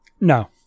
No